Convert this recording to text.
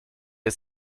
ist